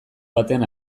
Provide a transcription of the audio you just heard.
baten